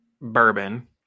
bourbon